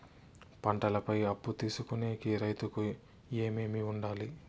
పంటల పై అప్పు తీసుకొనేకి రైతుకు ఏమేమి వుండాలి?